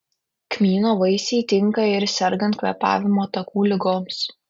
kmyno vaisiai tinka ir sergant kvėpavimo takų ligomis